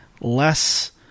less